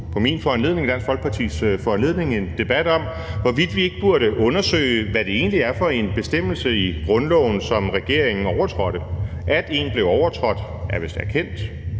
på min og Dansk Folkepartis foranledning en debat om, hvorvidt vi ikke burde undersøge, hvad det egentlig er for en bestemmelse i grundloven, som regering overtrådte. Det er vist erkendt,